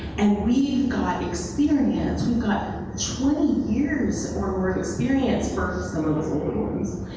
and we've got experience. we've got twenty years or more experience for some of us old ones.